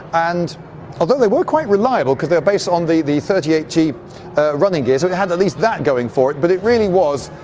and although they were quite reliable, because they were based on the the thirty eight t running gear. so it had at least that going for it, but it really was.